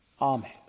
Amen